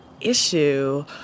issue